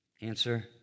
Answer